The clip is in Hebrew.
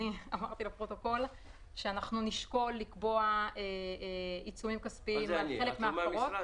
אמרתי שנשקול לקבוע עיצומים כספיים על חלק מההפרות.